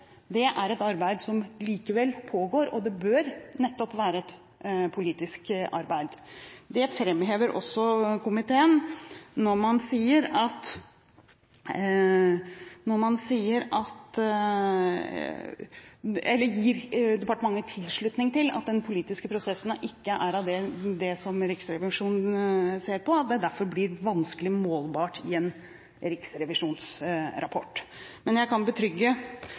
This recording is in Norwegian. Det er et arbeid som likevel pågår – og det bør nettopp være et politisk arbeid. Det framhever også komiteen når man gir departementet tilslutning til at den politiske prosessen ikke er av det som Riksrevisjonen ser på, og at det derfor blir «vanskelig målbart i en riksrevisjonsrapport». Men jeg kan betrygge